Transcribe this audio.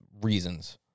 reasons